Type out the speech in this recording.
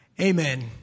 Amen